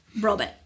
Robert